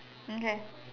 okay